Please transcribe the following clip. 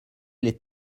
les